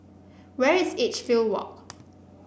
where is Edgefield Walk